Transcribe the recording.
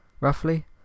roughly